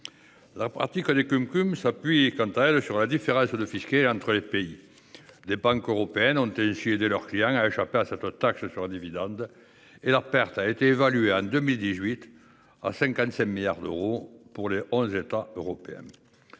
La pratique des CumCum s'appuie, quant à elle, sur les différences de fiscalité entre pays. Des banques européennes ont ainsi aidé leurs clients à échapper à cette taxe sur les dividendes, avec une perte évaluée, en 2018, à 55 milliards d'euros, pour onze États européens.